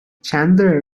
چندلر